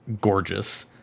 gorgeous